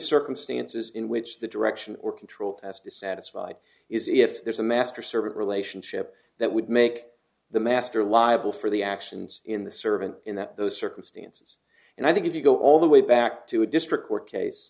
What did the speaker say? circumstances in which the direction or control has dissatisfied is if there is a master servant relationship that would make the master liable for the actions in the servant in that those circumstances and i think if you go all the way back to a district court case